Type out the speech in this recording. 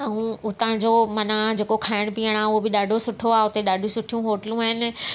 ऐं उतां जो मना जेको खाइणु पीअणु आहे उहो बि ॾाढो सुठो आहे उते ॾाढी सुठियूं होटलूं आहिनि